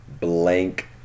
blank